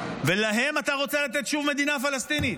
ולהם אתה רוצה לתת שוב מדינה פלסטינית?